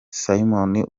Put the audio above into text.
simoni